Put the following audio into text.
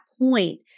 point